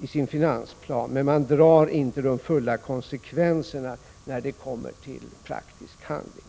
i sin finansplan men drar inte de fulla konsekvenserna när det kommer till praktisk handling.